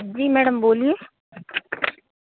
जी madam बोलिए